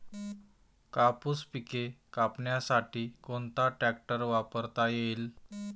कापूस पिके कापण्यासाठी कोणता ट्रॅक्टर वापरता येईल?